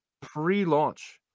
pre-launch